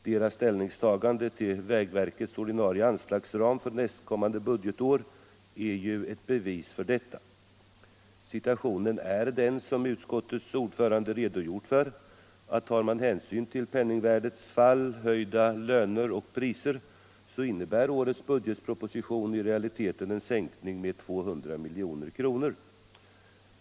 Deras ställningstagande till vägverkets ordinarie anslagsram för nästkommande budgetår är ett bevis för att de inte gör det. Situationen är ju den som utskottets ordförande redogjort för, att tar man hänsyn till penningvärdets fall, höjda löner och priser, så innebär årets anslag i budgetpropositionen i realiteten en sänkning med 200 milj.kr.